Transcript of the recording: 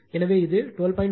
எனவே இது 12